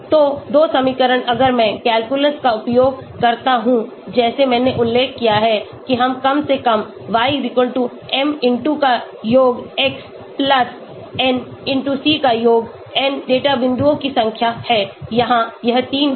तो दो समीकरण अगर मैं calculus का उपयोग करता हूं जैसे मैंने उल्लेख किया है कि हम कम से कम y m का योग x n c का योग n डेटा बिंदुओं की संख्या है यहाँ यह 3 होगा